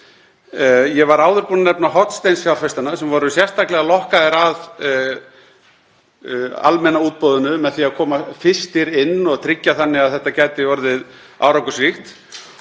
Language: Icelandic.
Ég var áður búinn að nefna hornsteinsfjárfestana sem voru sérstaklega lokkaðir að almenna útboðinu með því að koma fyrstir inn og tryggja þannig að þetta gæti orðið árangursríkt.